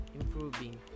improving